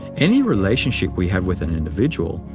any relationship we have with an individual,